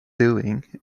doing